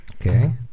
Okay